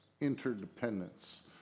interdependence